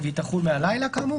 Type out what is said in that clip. והיא תחול מהלילה, כאמור.